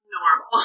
normal